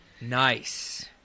Nice